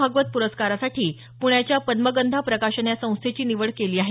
भागवत पुरस्कारासाठी पुण्याच्या पद्मगंधा प्रकाशन या संस्थेची निवड केली आहे